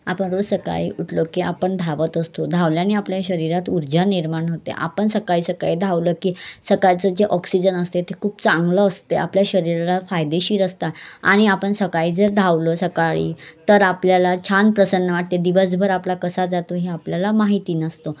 आपण रोज सकाळी उठलो की आपण धावत असतो धावल्याने आपल्या शरीरात ऊर्जा निर्माण होते आपण सकाळी सकाळी धावलं की सकाळचं जे ऑक्सिजन असते ते खूप चांगलं असते आपल्या शरीराला फायदेशीर असते आणि आपण सकाळी जर धावलो सकाळी तर आपल्याला छान प्रसन्न वाटते दिवसभर आपला कसा जातो हे आपल्याला माहिती नसतं